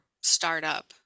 startup